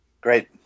Great